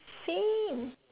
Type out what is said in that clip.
same